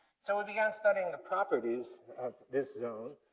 so, we began studying the properties of this zone,